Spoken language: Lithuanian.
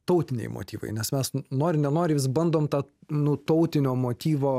tautiniai motyvai nes mes nori nenori vis bandom tą nu tautino motyvo